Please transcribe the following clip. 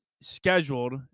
scheduled